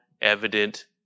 evident